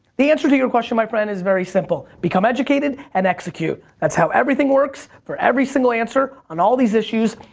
the answer to your question, my friend, is very simple become educated and execute. that's how everything works, for every single answer, on all these issues.